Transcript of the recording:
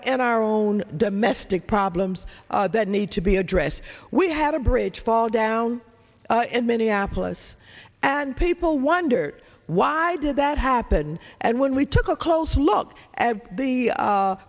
in our own domestic problems that need to be addressed we had a bridge fall down in minneapolis and people wondered why did that happen and when we took a close look at the